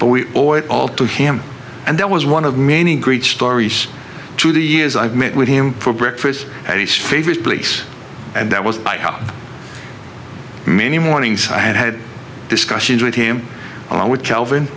we all to him and that was one of many great stories to the years i've met with him for breakfast at least favorite place and that was many mornings i had had discussions with him along with calvin